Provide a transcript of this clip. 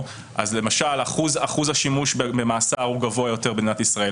למשל אחוז השימוש במאסר הוא גבוה יותר במדינת ישראל.